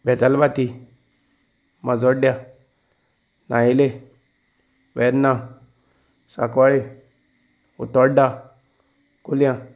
बेदलबाती म्हजोड्या न्हायिले वेदना साकवाळे उतोडडा कुलयां